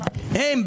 הם,